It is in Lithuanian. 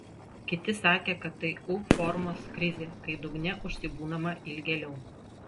kiti sakė kad tai u formos krizė kai dugne užsibūnama ilgėliau